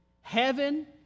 Heaven